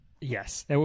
Yes